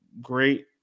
great